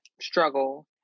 struggle